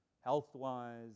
health-wise